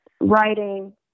writing